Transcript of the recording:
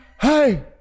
Hey